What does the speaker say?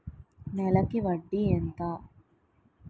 నెలకి వడ్డీ ఎంత?